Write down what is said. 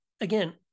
again